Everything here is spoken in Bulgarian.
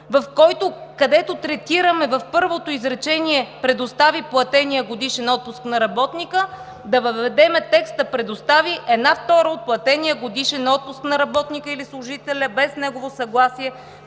173а, където третираме, в първото изречение, „предостави платения годишен отпуск на работника“, да въведем текста „предостави една втора от платения годишен отпуск на работника или служителя без негово съгласие,